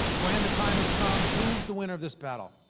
gwen, the time has come. who's the winner of this battle?